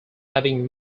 having